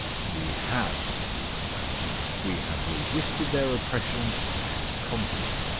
we have, said rupert proudly we have resisted their oppression and conquered it.